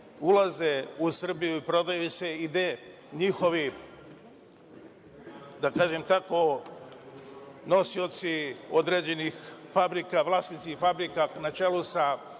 ulaze u Srbiju i prodaju se, gde njihovi, da kažem tako, njihovi nosioci određenih fabrika, vlasnici fabrika, na čelu sa